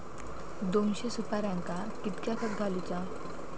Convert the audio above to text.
दोनशे सुपार्यांका कितक्या खत घालूचा?